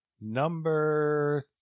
Number